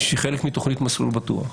שהיא חלק מתוכנית מסלול בטוח,